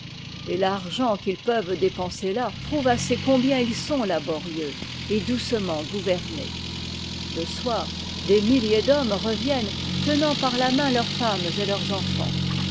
et l'argent qu'ils peuvent dépenser là prouve assez combien ils sont laborieux et doucement gouvernés le soir des milliers d'hommes reviennent tenant par la main leurs femmes et leurs enfants